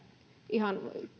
ihan